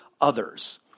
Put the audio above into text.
others